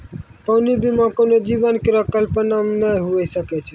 पानी बिना कोनो जीवन केरो कल्पना नै हुए सकै छै?